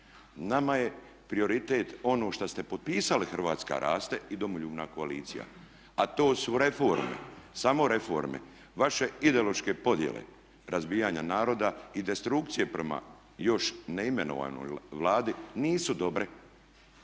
Nama je prioritet ono što ste potpisali Hrvatska raste i Domoljubna koalicija a to su reforme, samo reforme. Vaše ideološke podjele razbijanja naroda i destrukcije prema još neimenovanoj Vladi nisu dobre